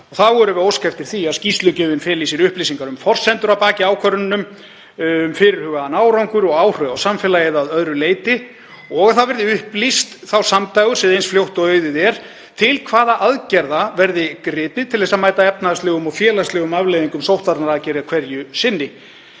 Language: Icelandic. Þá óskum við eftir því að skýrslugjöf feli í sér upplýsingar um forsendur að baki ákvörðunum, um fyrirhugaðan árangur og áhrif á samfélagið að öðru leyti og að það verði upplýst samdægurs eða eins fljótt og auðið er til hvaða aðgerða verði gripið til að mæta efnahagslegum og félagslegum afleiðingum sóttvarnaaðgerða hverju sinni.